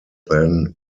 then